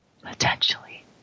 Potentially